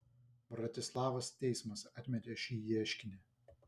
bratislavos teismas atmetė šį ieškinį